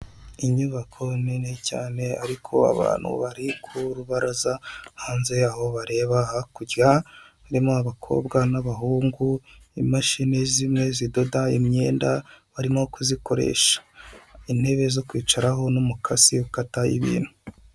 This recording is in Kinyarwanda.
Inyubako nini cyane ariko abantu bari ku rubaraza hanze yaho bareba hakurya harimo abakobwa n'abahungu, imashini zimwe zidoda imyenda barimo kuzikoresha, intebe zo kwicaraho n'umukasi ukata ibintu.